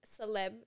celeb